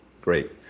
great